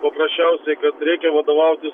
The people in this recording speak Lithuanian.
paprasčiausiai kad reikia vadovautis